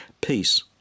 peace